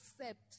accept